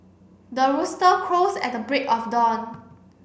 the rooster crows at the break of dawn